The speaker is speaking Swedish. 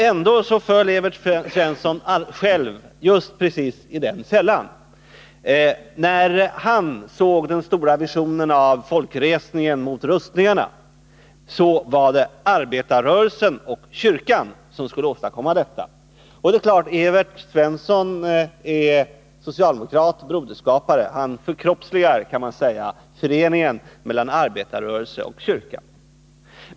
Ändå föll Evert Svensson själv i den fällan. I hans stora vision av folkresningen mot rustningarna var det arbetarrörelsen och kyrkan som skulle åstadkomma den. Evert Svensson är socialdemokrat och broderskapare. Han förkroppsligar, kan man säga, föreningen mellan arbetarrörelsen och kyrkan.